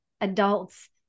adults